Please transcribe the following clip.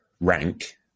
rank